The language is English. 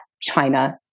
China